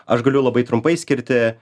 aš galiu labai trumpai skirti